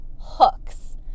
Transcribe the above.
hooks